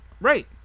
Right